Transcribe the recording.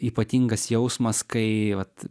ypatingas jausmas kai vat